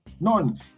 none